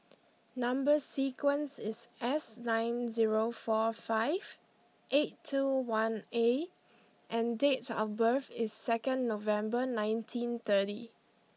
number sequence is S nine zero four five eight two one A and date of birth is second November nineteen thirty